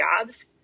jobs